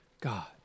God